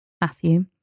Matthew